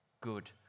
good